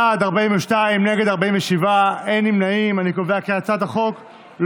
התשפ"ב 2021,